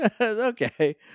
okay